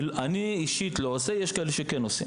אני אישית לא עושה, יש כאלה שכן עושים.